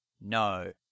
no